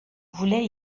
voulait